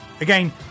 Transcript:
Again